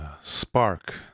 spark